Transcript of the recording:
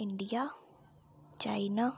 India China